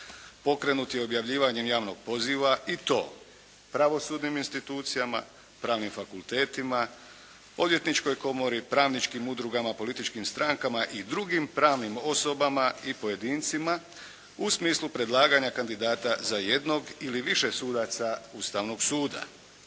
pokrenut je objavljivanjem javnog poziva i to pravosudnim institucijama, pravnim fakultetima, Odvjetničkoj komori, pravnički udrugama, političkim strankama i drugim pravnim osobama i pojedincima u smislu predlaganja kandidata za jednog ili više sudaca Ustavnog suda.